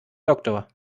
doctor